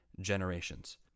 generations